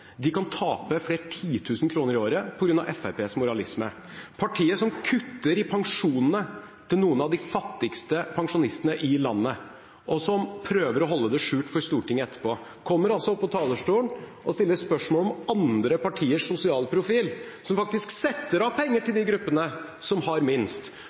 kan altså tape titusener av kroner i året på grunn av Fremskrittspartiets moralisme. Partiet som kutter i pensjonene til noen av de fattigste pensjonistene i landet, og som prøver å holde det skjult for Stortinget etterpå, kommer altså opp på talerstolen og stiller spørsmål om andres partiers sosiale profil, som faktisk setter av penger til de gruppene som har minst.